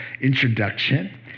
introduction